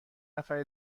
نفر